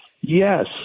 Yes